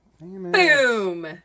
Boom